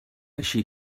així